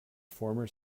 former